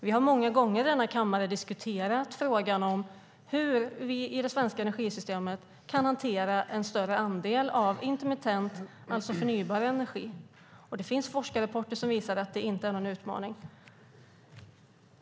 Vi har många gånger i denna kammare diskuterat frågan om hur vi i det svenska energisystemet kan hantera en större andel av intermittent, alltså förnybar, energi. Det finns forskarrapporter som visar att det inte är någon utmaning.